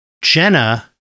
Jenna